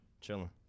chilling